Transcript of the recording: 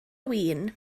win